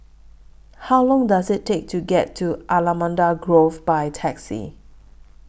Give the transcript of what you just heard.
How Long Does IT Take to get to Allamanda Grove By Taxi